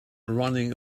running